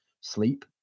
sleep